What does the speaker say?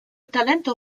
talento